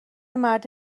مرد